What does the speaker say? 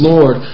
Lord